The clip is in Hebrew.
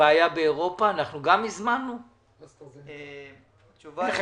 הבריאות אופיר אביב, מנהל